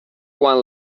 quan